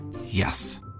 Yes